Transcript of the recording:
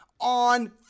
on